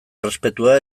errespetua